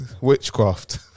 witchcraft